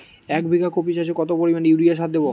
এক বিঘা কপি চাষে কত পরিমাণ ইউরিয়া সার দেবো?